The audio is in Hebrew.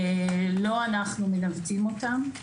לא אנחנו מנתבים אותם.